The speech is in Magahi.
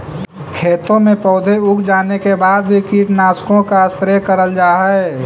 खेतों में पौधे उग जाने के बाद भी कीटनाशकों का स्प्रे करल जा हई